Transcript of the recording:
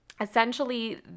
essentially